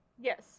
Yes